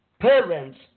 parents